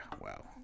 wow